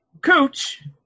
Cooch